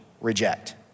reject